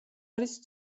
არის